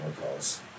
calls